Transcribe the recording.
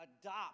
adopt